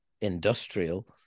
industrial